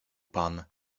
pan